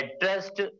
addressed